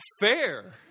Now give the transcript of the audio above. fair